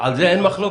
על זה אין מחלוקת?